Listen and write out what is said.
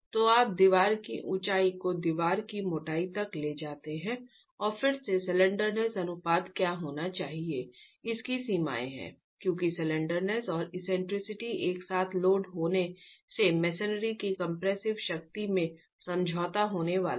तो आप दीवार की ऊंचाई को दीवार की मोटाई तक ले जाते हैं और फिर से स्लैंडरनेस अनुपात क्या होना चाहिए इसकी सीमाएं हैं क्योंकि स्लैंडरनेस और एक्सेंट्रिसिटी एक साथ लोड होने से मसनरी की कंप्रेसिव शक्ति में समझौता होने वाला है